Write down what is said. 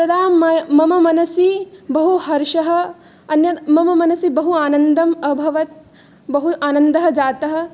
तदा मम मनसि बहुहर्षः अन्यत् मम मनसि बहु आनन्दम् अभवत् बहु आनन्दः जातः